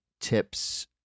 tips